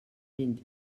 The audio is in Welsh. mynd